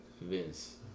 Vince